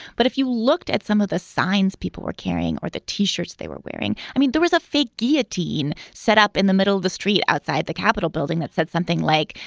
but if you looked at some of the signs people were carrying or the t-shirts they were wearing. i mean, there was a fake guillotine set up in the middle of the street outside the capitol building that said something like,